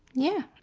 yeah.